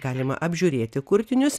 galima apžiūrėti kurtinius